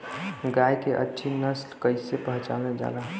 गाय के अच्छी नस्ल कइसे पहचानल जाला?